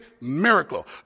miracle